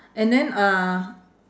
and then uh